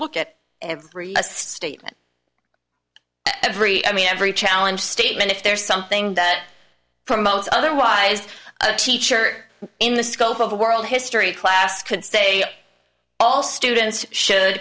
look at every statement every i mean every challenge statement if there's something that promotes otherwise a teacher in the scope of world history class could say all students should